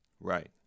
Right